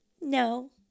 no